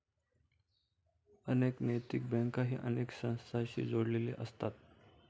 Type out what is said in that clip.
अनेक नैतिक बँकाही अनेक संस्थांशी जोडलेले असतात